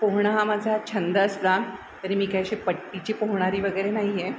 पोहणं हा माझा छंद असला तरी मी काय अशी पट्टीची पोहणारी वगैरे नाही आहे